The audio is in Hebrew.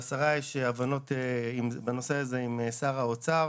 לשרה יש הבנות בנושא הזה עם שר האוצר.